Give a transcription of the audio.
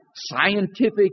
scientific